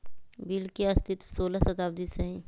bill के अस्तित्व सोलह शताब्दी से हइ